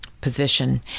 position